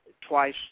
twice